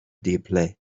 deeply